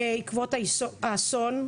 בעקבות האסון,